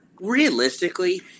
Realistically